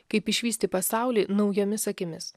kaip išvysti pasaulį naujomis akimis